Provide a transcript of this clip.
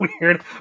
weird